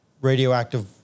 radioactive